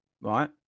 right